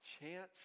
chance